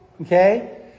okay